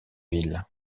ville